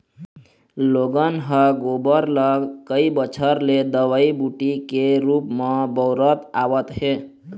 लोगन ह गोबर ल कई बच्छर ले दवई बूटी के रुप म बउरत आवत हे